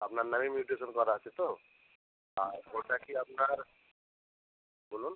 আপনার নামেই মিউটেশন করা আছে তো আর ওটা কি আপনার বলুন